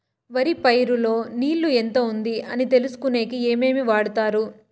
వరి పైరు లో నీళ్లు ఎంత ఉంది అని తెలుసుకునేకి ఏమేమి వాడతారు?